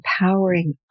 empowering